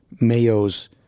Mayo's